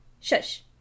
Shush